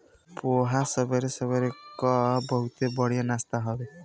पोहा सबेरे सबेरे कअ बहुते बढ़िया नाश्ता हवे